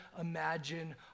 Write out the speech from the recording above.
imagine